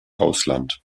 ausland